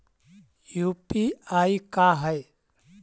UPI का है?